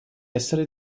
essere